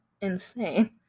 insane